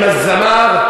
עם זמר,